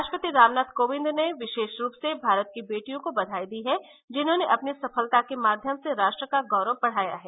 राष्ट्रपति रामनाथ कोविंद ने विशेष रूप से भारत की बेटियों को बधाई दी है जिन्होंने अपनी सफलता के माध्यम से राष्ट्र का गौरव बढ़ाया है